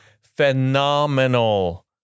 phenomenal